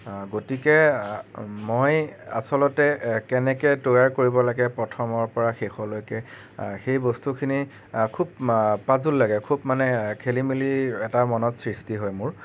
গতিকে মই আচলতে কেনেকৈ তৈয়াৰ কৰিব লাগে প্ৰথমৰপৰা শেষলৈকে সেই বস্তুখিনি খুউব পাজোল লাগে খুউৱ মানে খেলিমেলি এটা মনত সৃষ্টি হয় মোৰ